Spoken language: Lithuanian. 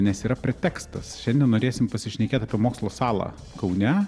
nes yra pretekstas šiandien norėsim pasišnekėt apie mokslo salą kaune